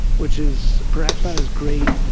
which is perhaps not as great,